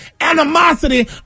animosity